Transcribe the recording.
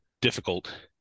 difficult